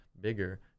bigger